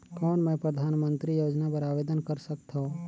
कौन मैं परधानमंतरी योजना बर आवेदन कर सकथव?